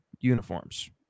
uniforms